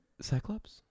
Cyclops